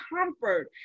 comfort